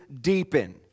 deepen